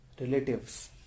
relatives